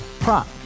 Prop